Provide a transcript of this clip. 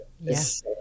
yes